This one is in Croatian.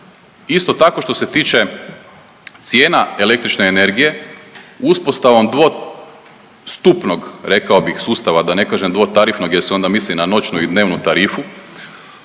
Isto tako, što se tiče cijena električne energije uspostavom dvostupnog rekao bih sustava, da ne kažem dvotarifnog jer se onda misli na noćnu i dnevnu tarifu,